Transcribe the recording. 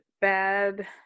bad